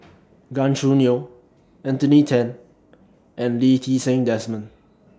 Gan Choo Neo Anthony Then and Lee Ti Seng Desmond